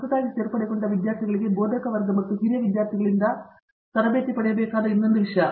ಹೊಸದಾಗಿ ಸೇರ್ಪಡೆಗೊಂಡ ವಿದ್ಯಾರ್ಥಿಗಳಿಗೆ ಬೋಧಕವರ್ಗ ಮತ್ತು ಹಿರಿಯ ವಿದ್ಯಾರ್ಥಿಗಳಿಂದ ತರಬೇತಿ ಪಡೆಯಬೇಕಾದ ಇನ್ನೊಂದು ವಿಷಯ